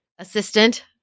assistant